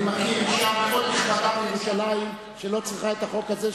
אני מכיר אשה פה בירושלים שלא צריכה את החוק הזה,